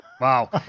Wow